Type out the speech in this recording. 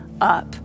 up